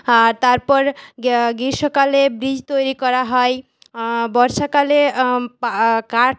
তারপর গ্রীষ্মকালে ব্রিজ তৈরি করা হয় বর্ষাকালে কাঠ